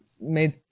made